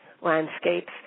landscapes